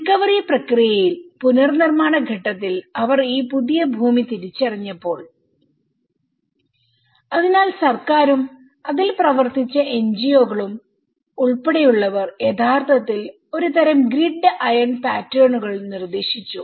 recovery പ്രക്രിയയിൽ പുനർനിർമ്മാണ ഘട്ടത്തിൽ അവർ ഈ പുതിയ ഭൂമി തിരിച്ചറിഞ്ഞപ്പോൾ അതിനാൽ സർക്കാരും അതിൽ പ്രവർത്തിച്ച NGO കളും ഉൾപ്പെടെയുള്ളവർ യഥാർത്ഥത്തിൽ ഒരു തരം ഗ്രിഡ് ഇരുമ്പ് പാറ്റേണുകൾ നിർദ്ദേശിച്ചു